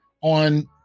on